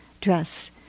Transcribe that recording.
dress